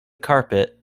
carpet